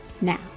now